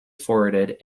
forwarded